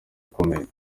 akomeye